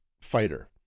fighter